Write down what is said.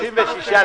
רביזיה.